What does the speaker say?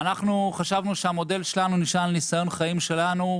ואנחנו חשבנו שהמודל שלנו נשען על ניסיון החיים שלנו.